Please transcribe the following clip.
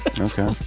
Okay